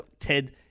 Ted